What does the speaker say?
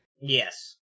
Yes